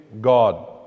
God